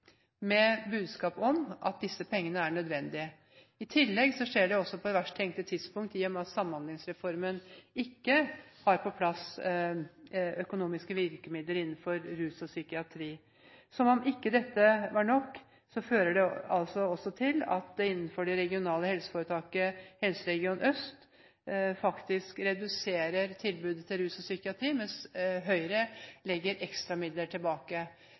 med budskap om at disse pengene er nødvendige. I tillegg skjer dette også på det verst tenkelige tidspunkt, i og med at Samhandlingsreformen ikke har på plass økonomiske virkemidler innenfor rus og psykiatri. Som om ikke dette er nok, fører det også til at man innenfor det regionale helseforetaket, Helse Sør-Øst, faktisk reduserer tilbudet til rus og psykiatri, mens Høyre legger ekstramidler tilbake,